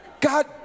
God